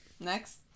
Next